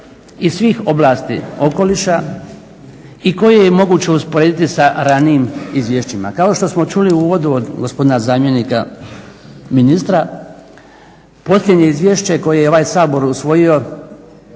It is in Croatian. iz svih oblasti okoliša i koje je moguće usporediti sa ranijim izvješćima. Kao što smo čuli u uvodu od gospodina zamjenika ministra posljednje izvješće koje je ovaj Sabor usvojio